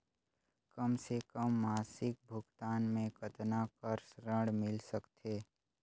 कम से कम मासिक भुगतान मे कतना कर ऋण मिल सकथे?